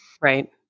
Right